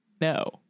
no